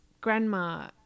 grandma